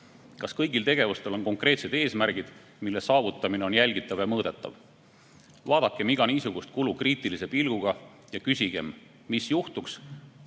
Kas kõigil tegevustel on konkreetsed eesmärgid, mille saavutamine on jälgitav ja mõõdetav? Vaadakem iga niisugust kulu kriitilise pilguga ja küsigem, mis juhtuks,